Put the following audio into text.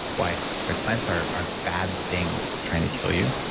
why why plants are are bad things trying to kill you?